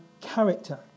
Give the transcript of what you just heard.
character